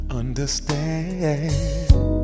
understand